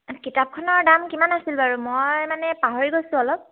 কিতাপখনৰ দাম কিমান আছিল বাৰু মই মানে পাহৰি গৈছোঁ অলপ